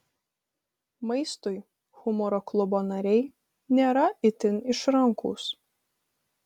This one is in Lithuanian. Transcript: maistui humoro klubo nariai nėra itin išrankūs